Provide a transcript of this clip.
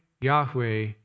Yahweh